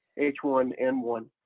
h one n one.